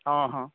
हँ हँ